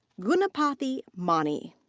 ganapathy mani.